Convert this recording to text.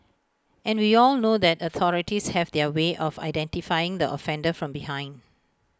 and we all know that authorities have their way of identifying the offender from behind